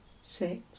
six